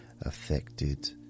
affected